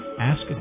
Ask